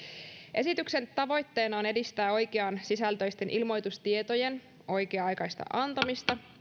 esityksen tavoitteena on edistää oikeansisältöisten ilmoitustietojen oikea aikaista antamista